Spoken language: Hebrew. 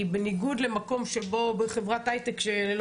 כי בניגוד למקום שבו בחברת הייטק כשלא